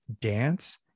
dance